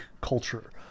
culture